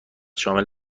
شامل